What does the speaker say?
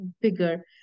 bigger